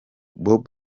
bob